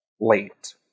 late